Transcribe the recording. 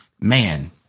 man